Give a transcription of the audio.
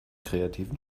kreativen